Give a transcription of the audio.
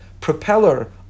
propeller